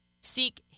Seek